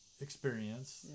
experience